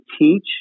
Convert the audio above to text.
teach